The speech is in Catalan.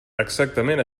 exactament